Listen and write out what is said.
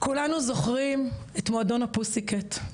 כולנו זוכרים את מועדון הפוסיקט.